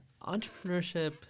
entrepreneurship